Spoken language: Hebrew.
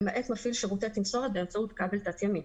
למעט מפעיל שירותי תמסורת באמצעות כבל תת-ימי,